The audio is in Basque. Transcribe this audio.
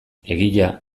egia